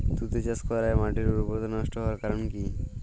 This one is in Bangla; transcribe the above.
তুতে চাষ করাই মাটির উর্বরতা নষ্ট হওয়ার কারণ কি?